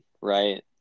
right